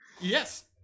Yes